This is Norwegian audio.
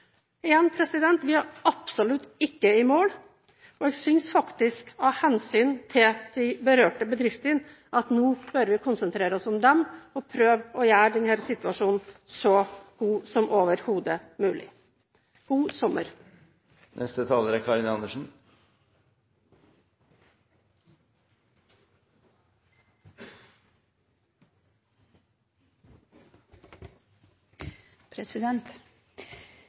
Igjen: Vi er absolutt ikke i mål, og jeg synes faktisk at vi av hensyn til de berørte bedriftene, nå bør konsentrere oss om dem, og prøve å gjøre denne situasjonen så god som overhodet mulig. God sommer!